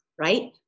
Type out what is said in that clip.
right